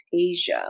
Asia